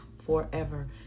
forever